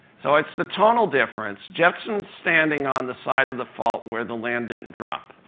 so it's the tonal difference. jepson's standing on the side of the fault where the land didn't drop.